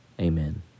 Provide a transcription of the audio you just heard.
amen